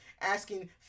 asking